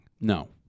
No